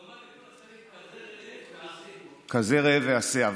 לומר לכל השרים: כזה ראה ועשה.